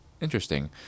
Interesting